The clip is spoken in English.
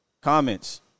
comments